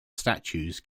statues